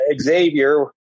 xavier